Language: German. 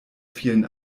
vielen